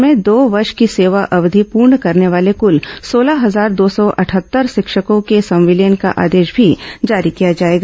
प्रदेश में दो वर्ष की सेवा अवधि पूर्ण करने वाले कल सोलह हजार दो सौ अटहत्तर शिक्षकों के संविलियन का आदेश भी जारी किया जाएगा